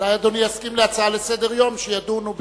אולי אדוני יסכים להצעה לסדר-היום, שידונו בזה.